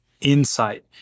Insight